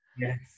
Yes